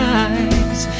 eyes